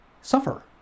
suffer